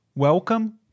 Welcome